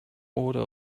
order